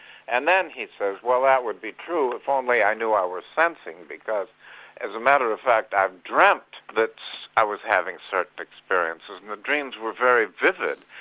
and then he says, well that would be true if only i knew i was sensing, because as a matter of fact, i dreamt that i was having certain experiences and the dreams were very vivid,